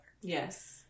Yes